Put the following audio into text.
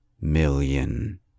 million